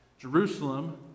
Jerusalem